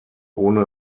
ohne